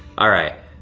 all right,